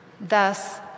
Thus